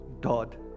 God